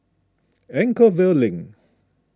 Anchorvale Link